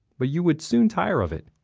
but you would soon tire of it.